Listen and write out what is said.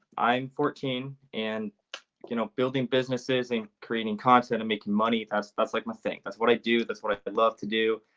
i'm fourteen and you know building businesses and creating content and making money that's that's like my thing. that's what i do. that's what i would love to do.